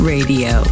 Radio